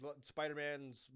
Spider-Man's